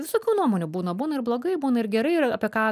visokių nuomonių būna būna ir blogai būna ir gerai yra apie ką